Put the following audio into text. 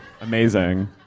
Amazing